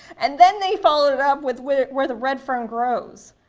and then they followed it up with with where the red fern grows.